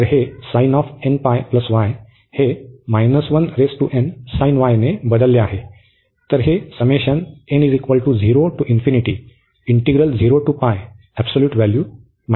तर हे हे ने बदलले आहे